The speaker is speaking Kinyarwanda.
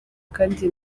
kandi